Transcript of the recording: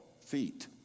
feet